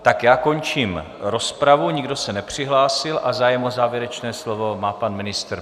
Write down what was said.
Tak já končím rozpravu, nikdo se nepřihlásil, a zájem o závěrečné slovo má pan ministr.